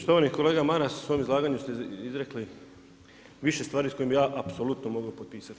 Štovani kolega Maras, u svom izlaganju ste izrekli više stvari s kojima bi ja apsolutno mogu potpisati.